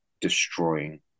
destroying